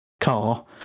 car